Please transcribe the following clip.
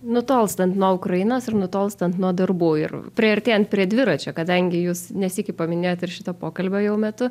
nutolstant nuo ukrainos ir nutolstant nuo darbų ir priartėjant prie dviračio kadangi jūs ne sykį paminėjot ir šito pokalbio jau metu